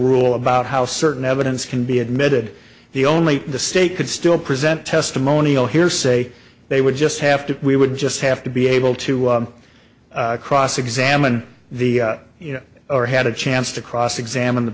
rule about how certain evidence can be admitted he only the state could still present testimonial hearsay they would just have to we would just have to be able to cross examine the you know or had a chance to cross examine the